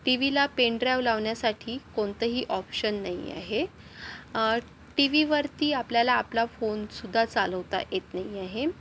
T व्हीला pen drive लावण्यासाठी कोणतंही ऑप्शन नाही आहे टी व्हीवर ती आपल्याला आपला फोन सुद्धा चालवता येत नाही आहे